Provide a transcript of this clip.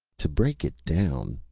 to break it down,